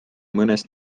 mõnes